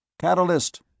Catalyst